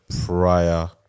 prior